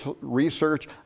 research